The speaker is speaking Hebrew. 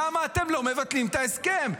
למה אתם לא מבטלים את ההסכם?